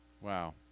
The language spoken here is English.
Wow